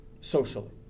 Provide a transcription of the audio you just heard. socially